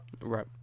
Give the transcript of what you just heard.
right